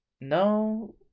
No